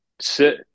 sit